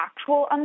actual